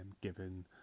given